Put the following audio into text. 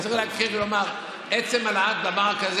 אני צריך להקריא ולומר שעצם העלאת דבר כזה